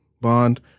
bond